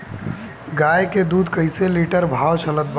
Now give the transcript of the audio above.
गाय के दूध कइसे लिटर भाव चलत बा?